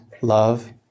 love